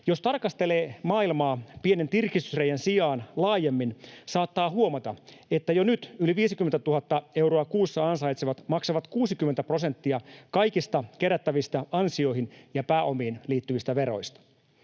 Jos tarkastelee maailmaa pienen tirkistysreiän sijaan laajemmin, saattaa huomata, että jo nyt yli 50 000 euroa kuussa ansaitsevat maksavat 60 prosenttia kaikista kerättävistä ansioihin ja pääomiin liittyvistä veroista.